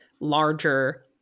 larger